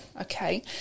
okay